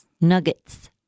nuggets